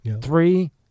three